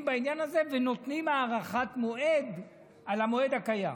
בעניין הזה ונותנים הארכת מועד על המועד הקיים.